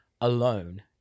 alone